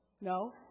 No